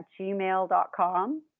gmail.com